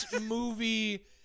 movie